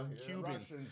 Cubans